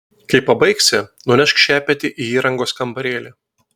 kai pabaigsi nunešk šepetį į įrangos kambarėlį